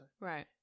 Right